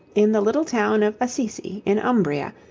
in the little town of assisi in umbria,